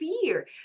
fear